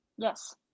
Yes